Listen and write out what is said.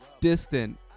distant